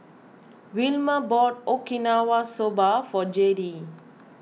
Wilmer bought Okinawa Soba for Jayde